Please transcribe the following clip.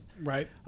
Right